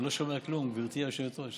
אני לא שומע כלום, גברתי היושב-ראש.